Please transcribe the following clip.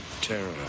terror